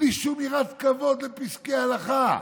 בלי שום יראת כבוד לפסקי הלכה.